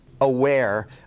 aware